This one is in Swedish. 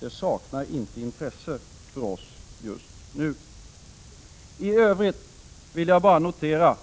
Det saknar inte intresse för oss just nu. Tövrigt vill jag bara notera